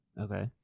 Okay